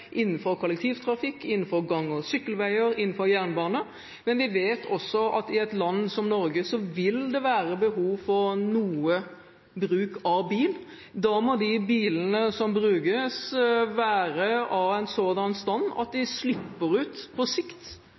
innenfor kollektivtrafikk, gang- og sykkelveier og jernbane, men vi vet at det i et land som Norge vil være behov for noe bruk av bil. Da må de bilene som brukes, være i en sådan stand at de på sikt slipper ut